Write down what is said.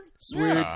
Sweet